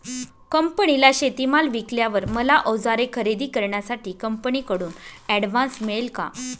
कंपनीला शेतीमाल विकल्यावर मला औजारे खरेदी करण्यासाठी कंपनीकडून ऍडव्हान्स मिळेल का?